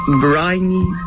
briny